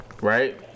right